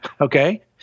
okay